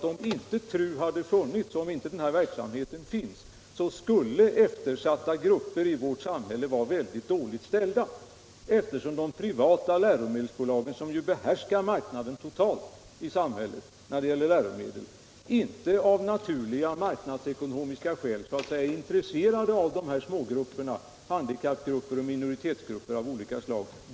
Om inte TRU hade funnits skulle nämligen eftersatta grupper i vårt samhälle vara mycket dåligt ställda, eftersom de privata läromedelsförlagen, som ju behärskar marknaden i samhället totalt när det gäller läromedel, inte av naturliga marknadsekonomiska skäl är intresserade av de här små grupperna — handikappgrupper och minoritetsgrupper av olika slag.